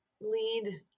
Lead